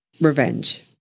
revenge